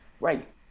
Right